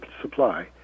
supply